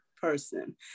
person